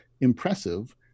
impressive